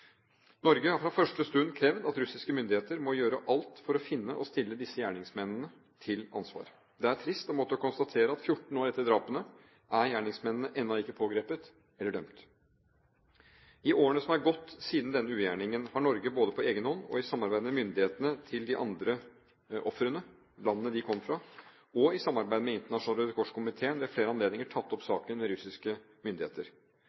Norge har fra første stund krevd at russiske myndigheter må gjøre alt for å finne disse gjerningsmennene og stille dem til ansvar. Det er trist å måtte konstatere at 14 år etter drapene er gjerningsmennene ennå ikke pågrepet og dømt. I årene som har gått siden denne ugjerningen, har Norge både på egen hånd, i samarbeid med myndighetene i de landene de andre ofrene kom fra, og i samarbeid med Den internasjonale Røde Kors-komiteen ved flere anledninger tatt opp saken med russiske myndigheter.